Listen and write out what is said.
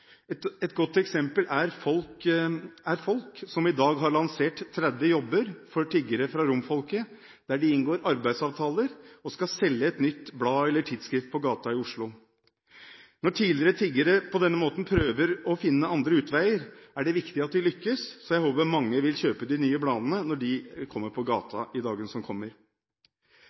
Et godt eksempel er Folk er Folk, som i dag har lansert 30 jobber for tiggere fra romfolket, der de inngår arbeidsavtaler og skal selge et nytt blad eller tidsskrift på gata i Oslo. Når tidligere tiggere på denne måten prøver å finne andre utveier, er det viktig at de lykkes, så jeg håper mange vil kjøpe de nye bladene når de kommer på gata i dagene som kommer.